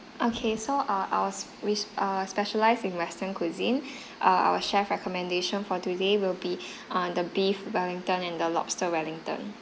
okay so err ours ris~ err specialized in western cuisine are our chef's recommendation for today will be err the beef wellington and the lobster wellington